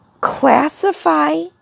Classify